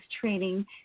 training